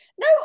No